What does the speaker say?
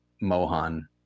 Mohan